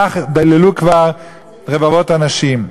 כך דיללו כבר רבבות אנשים.